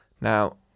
Now